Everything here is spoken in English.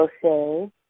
crochet